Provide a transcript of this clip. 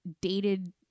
dated